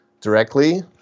directly